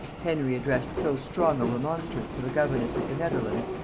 henry addressed so strong a remonstrance to the governess of the netherlands,